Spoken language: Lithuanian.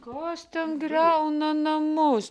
kas ten griauna namus